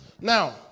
Now